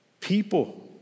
People